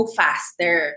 faster